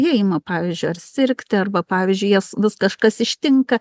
jie ima pavyzdžiui ar sirgti arba pavyzdžiui jie s vis kažkas ištinka